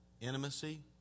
intimacy